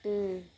எட்டு